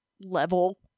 level